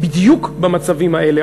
בדיוק במצבים האלה.